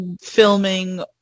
filming